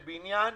לבניינים,